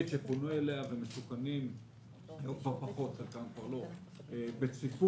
שפונו אליה ומשוכנות בה משפחות בצפיפות.